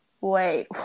wait